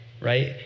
right